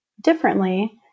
differently